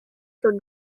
for